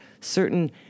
certain